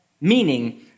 meaning